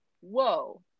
whoa